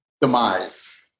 demise